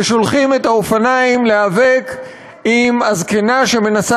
ששולח את האופניים להיאבק עם הזקנה שמנסה